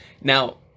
Now